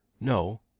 No